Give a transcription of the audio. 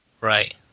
Right